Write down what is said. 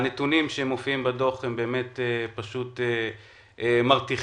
הנתונים שמופיעים בדוח פשוט מרתיחים,